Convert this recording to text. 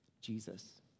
Jesus